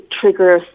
trigger